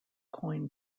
coined